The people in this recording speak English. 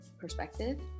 perspective